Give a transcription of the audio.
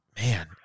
man